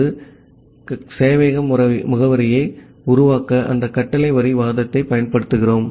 ஆகவே சேவையக முகவரியை உருவாக்க அந்த கமாண்ட் லைன் வாதத்தைப் பயன்படுத்துகிறோம்